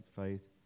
faith